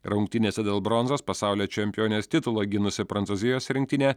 rungtynėse dėl bronzos pasaulio čempionės titulą gynusi prancūzijos rinktinė